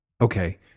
Okay